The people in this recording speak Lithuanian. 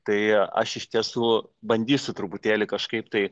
tai aš iš tiesų bandysiu truputėlį kažkaip tai